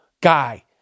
guy